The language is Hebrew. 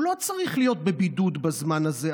והוא לא צריך להיות בבידוד בזמן הזה,